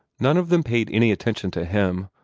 none of them paid any attention to him,